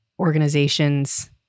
organizations